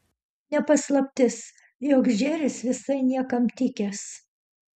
ne paslaptis jog džeris visai niekam tikęs